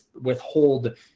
withhold